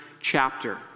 chapter